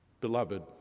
Beloved